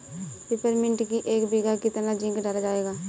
Peppermint की एक बीघा कितना जिंक डाला जाए?